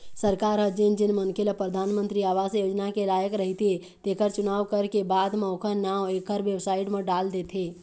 सरकार ह जेन जेन मनखे ल परधानमंतरी आवास योजना के लायक रहिथे तेखर चुनाव करके बाद म ओखर नांव एखर बेबसाइट म डाल देथे